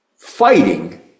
fighting